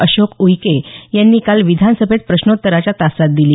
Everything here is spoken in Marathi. अशोक उईके यांनी काल विधानसभेत प्रश्नोत्तराच्या तासात दिली